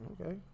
Okay